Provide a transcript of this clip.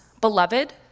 beloved